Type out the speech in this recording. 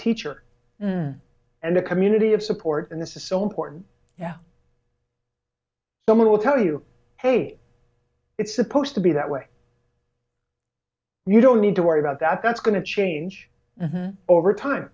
teacher and a community of support and this is so important yeah someone will tell you hey it's supposed to be that way you don't need to worry about that that's going to change over time